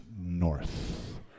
north